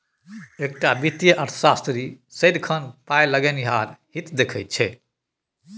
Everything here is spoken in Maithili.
एकटा वित्तीय अर्थशास्त्री सदिखन पाय लगेनिहारक हित देखैत छै